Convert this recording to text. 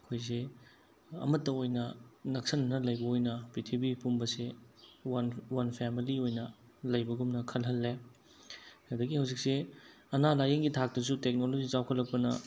ꯑꯩꯈꯣꯏꯁꯦ ꯑꯃꯠꯇ ꯑꯣꯏꯅ ꯅꯛꯁꯤꯟꯅꯅ ꯂꯩꯕ ꯑꯣꯏꯅ ꯄ꯭ꯔꯤꯊꯤꯕꯤ ꯄꯨꯝꯕꯁꯦ ꯋꯥꯟ ꯋꯥꯟ ꯐꯦꯃꯂꯤ ꯑꯣꯏꯅ ꯂꯩꯕꯒꯨꯝꯅ ꯈꯜꯍꯜꯂꯦ ꯑꯗꯒꯤ ꯍꯧꯖꯤꯛꯁꯦ ꯑꯅꯥ ꯂꯥꯏꯌꯦꯡꯒꯤ ꯊꯛꯇꯁꯨ ꯇꯦꯛꯅꯣꯂꯣꯖꯤ ꯆꯥꯎꯈꯠꯂꯛꯄꯅ